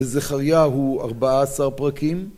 זכריה הוא 14 פרקים